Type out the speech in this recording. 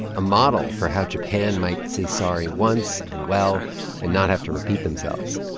a model for how japan might say sorry once and well and not have to repeat themselves.